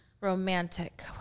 Romantic